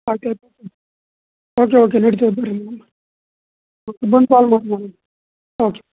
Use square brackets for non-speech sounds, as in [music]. ಹಾಂ [unintelligible] okay okay ನೋಡ್ತೀವಿ ಬರ್ರಿ ಮೇಡಮ್ ಓಕೆ ಬಂದು ಕಾಲ್ ಮಾಡಿ ಮೇಡಮ್ ಓಕೆ